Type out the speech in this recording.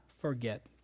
forget